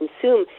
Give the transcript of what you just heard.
consume